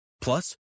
Plus